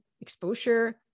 exposure